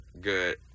good